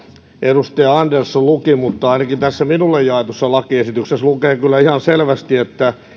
edustaja andersson luki mutta ainakin tässä minulle jaetussa lakiesityksessä lukee kyllä ihan selvästi että